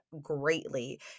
greatly